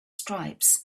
stripes